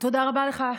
תודה רבה לך,